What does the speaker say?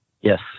Yes